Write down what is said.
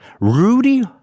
Rudy